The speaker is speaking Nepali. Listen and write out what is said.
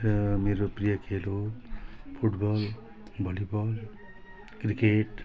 मेरो प्रिय खेल हो फुटबल भलिबल क्रिकेट